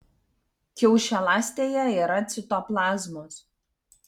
kiaušialąstėje yra citoplazmos